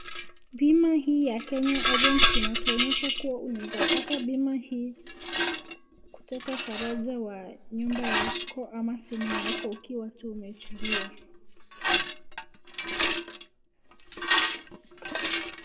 Bima hii ya Kenya Orient inatuonyesha kuwa unaezapata bima hii kutoka faraja wa nyumba yako ama simu yako ukiwa tu umetulia.